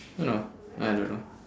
you know I don't know